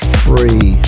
free